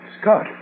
Scott